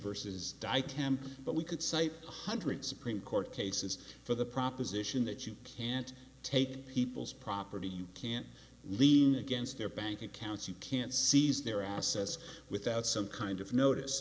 versus die camp but we could cite one hundred supreme court cases for the proposition that you can't take people's property you can't lean against their bank accounts you can't seize their assets without some kind of notice